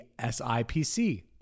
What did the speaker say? SIPC